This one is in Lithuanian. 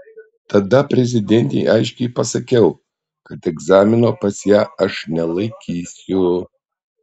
tada prezidentei aiškiai pasakiau kad egzamino pas ją aš nelaikysiu